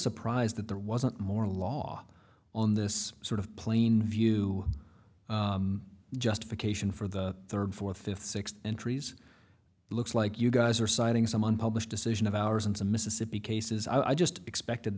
surprised that there wasn't more law on this sort of plain view justification for the third fourth fifth sixth entries looks like you guys are signing someone published decision of ours and a mississippi cases i just expected